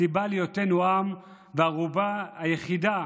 הסיבה להיותנו עם והערובה היחידה